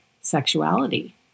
sexuality